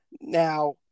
Now